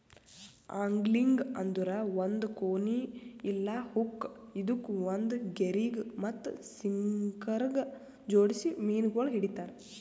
angling ಅಂದುರ್ ಒಂದ್ ಕೋನಿ ಇಲ್ಲಾ ಹುಕ್ ಇದುಕ್ ಒಂದ್ ಗೆರಿಗ್ ಮತ್ತ ಸಿಂಕರಗ್ ಜೋಡಿಸಿ ಮೀನಗೊಳ್ ಹಿಡಿತಾರ್